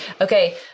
Okay